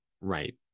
Right